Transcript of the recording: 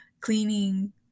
cleaning